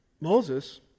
Moses